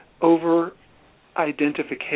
over-identification